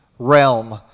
Realm